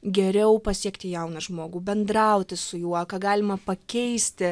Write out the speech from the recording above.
geriau pasiekti jauną žmogų bendrauti su juo ką galima pakeisti